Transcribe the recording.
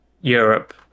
Europe